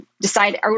decide